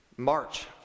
march